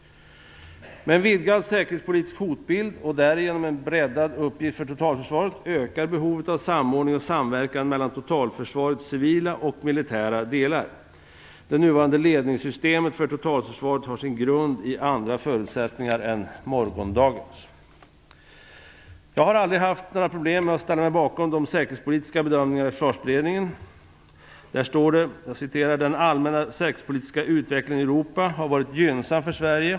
Med en vidgad säkerhetspolitisk hotbild och därigenom en breddad uppgift för totalförsvaret ökar behovet av samordning och samverkan mellan totalförsvarets civila och militära delar. Det nuvarande ledningssystemet för totalförsvaret har sin grund i andra förutsättningar än morgondagens. Jag har aldrig haft några problem med att ställa mig bakom de säkerhetspolitiska bedömningarna i Försvarsberedningen. Man skriver: "Den allmänna säkerhetspolitiska utvecklingen i Europa har varit gynnsam för Sverige.